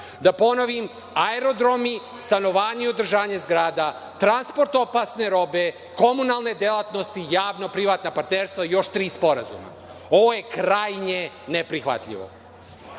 ponovim, aerodromi, stanovanje i održavanje zgrada, transport opasne robe, komunalne delatnosti, javno-privatna partnerstva i još tri sporazuma. Ovo je krajnje neprihvatljivo.(Vladimir